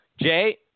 Jay